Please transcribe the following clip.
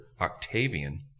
Octavian